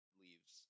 leaves